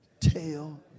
tell